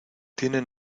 tienen